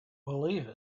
believe